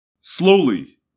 Slowly